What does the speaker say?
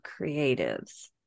creatives